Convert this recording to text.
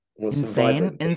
Insane